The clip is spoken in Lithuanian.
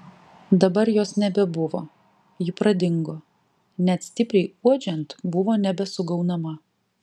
dabar jos nebebuvo ji pradingo net stipriai uodžiant buvo nebesugaunama